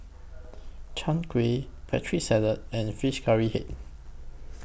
Chai Kueh Putri Salad and Fish Curry Head